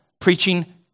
preaching